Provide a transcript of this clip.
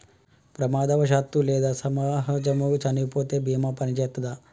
ప్రమాదవశాత్తు లేదా సహజముగా చనిపోతే బీమా పనిచేత్తదా?